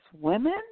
women